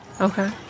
Okay